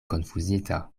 konfuzita